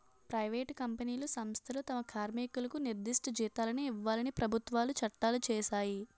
private కంపెనీలు సంస్థలు తమ కార్మికులకు నిర్దిష్ట జీతాలను ఇవ్వాలని ప్రభుత్వాలు చట్టాలు చేశాయి